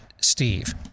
Steve